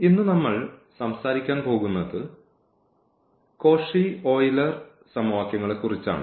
ഇന്നു നമ്മൾ സംസാരിക്കാൻ പോകുന്നത് കോഷി ഓയിലർ സമവാക്യങ്ങളെക്കുറിച്ചാണ്